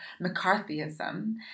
McCarthyism